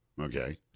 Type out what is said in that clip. Okay